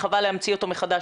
חבל להמציא אותו מחדש,